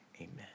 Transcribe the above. amen